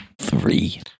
Three